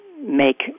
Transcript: make